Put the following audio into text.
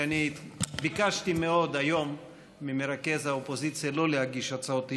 שאני ביקשתי מאוד היום ממרכז האופוזיציה שלא להגיש הצעות אי-אמון,